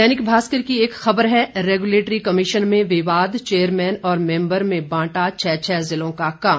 दैनिक भास्कर की एक खबर है रेगुलेटरी कमीशन में विवाद चेयरमेन और मेंबर में बांटा छह छह जिलों का काम